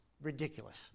Ridiculous